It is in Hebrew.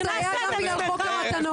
זה היה גם בגלל חוק המתנות.